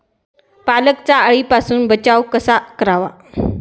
पालकचा अळीपासून बचाव कसा करावा?